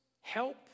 help